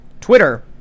Twitter